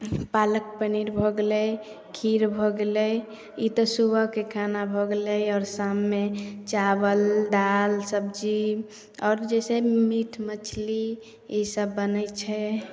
पालक पनीर भऽ गेलै खीर भऽ गेलै ई तऽ सुबहके खाना भऽ गेलै आओर शाममे चावल दालि सबजी आओर जइसे मीट मछली ईसब बनै छै